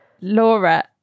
laura